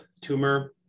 tumor